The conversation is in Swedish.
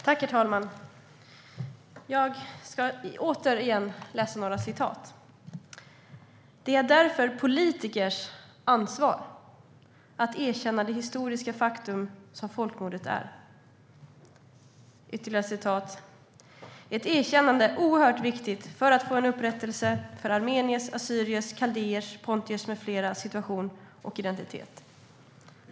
Herr talman! Jag ska återigen läsa några citat. "Det är därför politikers ansvar att erkänna det historiska faktum som folkmordet är." "Ett erkännande är oerhört viktigt för att få en upprättelse för armeniers, assyriers/syrianers, kaldéers, pontiers m.fl. situation och identitet."